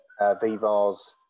Vivar's